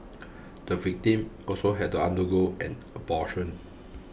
the victim also had to undergo an abortion